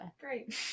Great